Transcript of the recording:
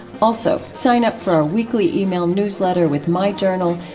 also, sign up for our weekly ah e-mail newsletter with my journal,